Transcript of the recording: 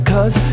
Cause